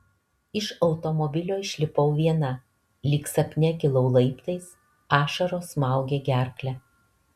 iš automobilio išlipau viena lyg sapne kilau laiptais ašaros smaugė gerklę